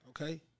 Okay